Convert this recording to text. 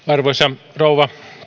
arvoisa rouva